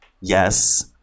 Yes